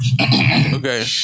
Okay